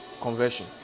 conversion